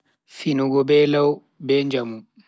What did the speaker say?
Finugo be lau be njamu